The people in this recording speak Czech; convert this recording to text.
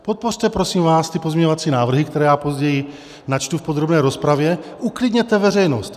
Podpořte prosím vás ty pozměňovací návrhy, které já později načtu v podrobné rozpravě, uklidněte veřejnost.